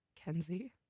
Kenzie